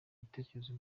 ibitekerezo